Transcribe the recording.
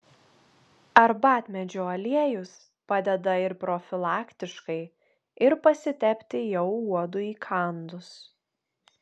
arbatmedžio aliejus padeda ir profilaktiškai ir pasitepti jau uodui įkandus